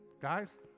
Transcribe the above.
guys